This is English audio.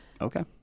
Okay